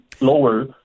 lower